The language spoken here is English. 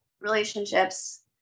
relationships